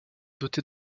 doté